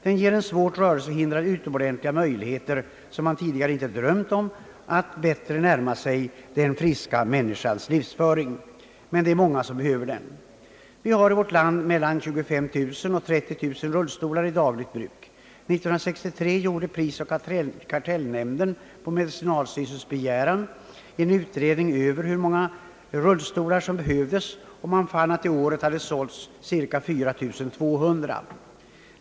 Den ger en svårt rörelsehindrad utomordentliga möjligheter, som man tidigare inte drömt om, att bättre närma sig den friska människans livsföring. Det är många som behöver denna nya stol. Vi har i vårt land mellan 25000 och 30000 rullstolar i dagligt bruk. År 1963 gjorde prisoch kartellnämnden på medicinalstyrelsens begäran en utredning över hur många rullstolar som behövdes, och man fann att det året hade det sålts cirka 4 200.